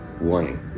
Warning